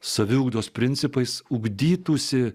saviugdos principais ugdytųsi